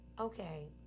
Okay